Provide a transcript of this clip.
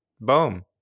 boom